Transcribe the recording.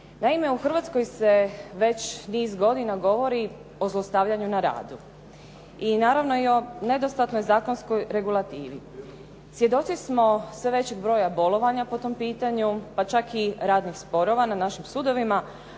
Naime, u Hrvatskoj se već niz godina govori o zlostavljanju na radu i naravno o nedostatnoj zakonskoj regulativi. Svjedoci smo sve većeg broja bolovanja po tom pitanju pa čak i radnih sporova na našim sudovima